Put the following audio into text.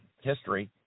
history